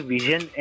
Vision